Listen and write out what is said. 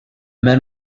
men